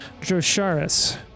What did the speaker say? Drosharis